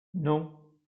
non